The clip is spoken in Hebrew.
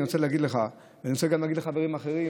אני רוצה להגיד לך ולהגיד גם לחברים אחרים